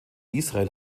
israel